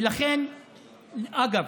אגב,